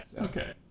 Okay